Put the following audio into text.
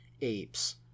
apes